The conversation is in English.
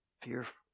fearful